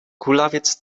kulawiec